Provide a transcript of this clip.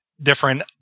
different